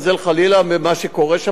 במה שקורה שם עם הילדים,